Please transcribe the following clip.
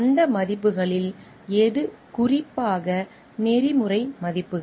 அந்த மதிப்புகளில் எது குறிப்பாக நெறிமுறை மதிப்புகள்